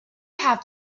have